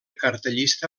cartellista